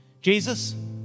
Jesus